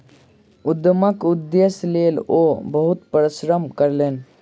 उद्यमक उदेश्यक लेल ओ बहुत परिश्रम कयलैन